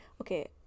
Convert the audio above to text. okay